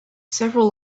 several